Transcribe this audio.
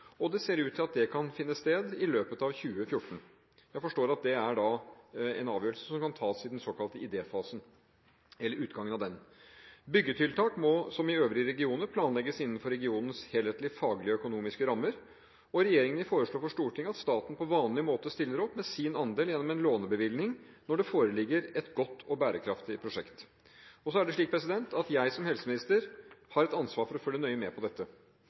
og det ser ut til at det kan finne sted i løpet av 2014. Jeg forstår at det da er en avgjørelse som kan tas i den såkalte idéfasen eller utgangen av den. Byggetiltak må som i øvrige regioner planlegges innenfor regionens helhetlige faglige og økonomiske rammer, og Regjeringen vil foreslå for Stortinget at staten på vanlig måte stiller opp med sin andel gjennom en lånebevilgning når det foreligger et godt og bærekraftig prosjekt. Jeg som helseminister har et ansvar for å følge nøye med på dette.